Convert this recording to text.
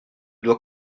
doit